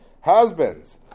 Husbands